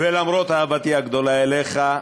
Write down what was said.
למרות אהבתי הגדולה אליך,